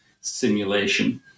simulation